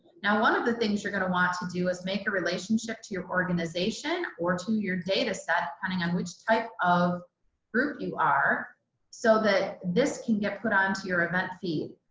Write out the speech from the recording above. now, one of the things you're going to want to do is make a relationship to your organization or to your dataset, depending on which type of group you are so that this can get put onto your event feed.